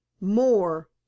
more